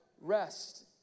Rest